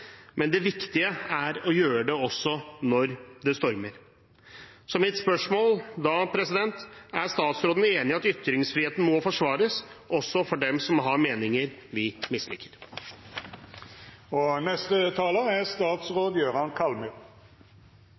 men det viktige er å gjøre det også når det stormer. Så mitt spørsmål er: Er statsråden enig i at ytringsfriheten må forsvares, også for dem som har meninger vi misliker? Innledningsvis har jeg lyst til å gjøre det helt klart at jeg er